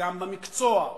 גם במקצוע,